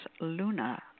luna